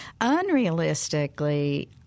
Unrealistically